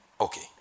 Okay